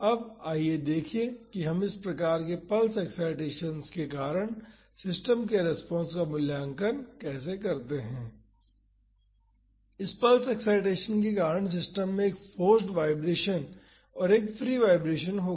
अब आइए देखें कि हम इस प्रकार के पल्स एक्साइटेसन्स के कारण सिस्टम के रेस्पॉन्स का मूल्यांकन कैसे करते हैं इस पल्स एक्साइटेसन के कारण सिस्टम में एक फोर्स्ड वाईब्रेशन और एक फ्री वाईब्रेशन होगा